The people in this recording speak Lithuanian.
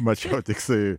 mačiau tiktai